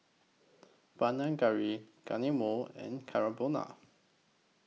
Panang Curry Guacamole and Carbonara